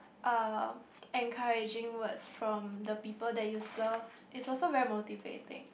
uh encouraging words from the people that you serve it's also very motivating